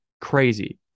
crazy